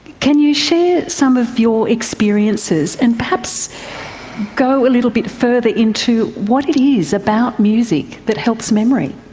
can you share some of your experiences and perhaps go a little bit further into what it is about music that helps memory?